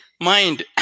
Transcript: mind